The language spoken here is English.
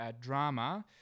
drama